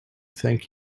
thank